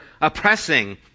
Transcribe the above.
oppressing